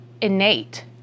innate